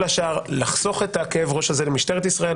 השאר לחסוך את הכאב ראש הזה למשטרת ישראל,